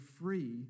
free